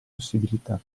possibilità